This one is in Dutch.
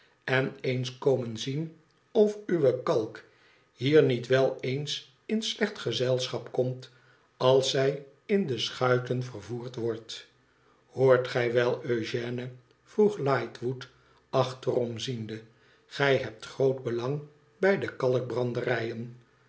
en eens komen zien of uwe kalk hier niet wel eens in slecht gezelschap komt als zij in de schuiten vervoerd wordt hoort gij wel eugène vroeg lightwood achterom ziende gij hebt groot belang bij de kalkbranderijen